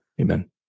Amen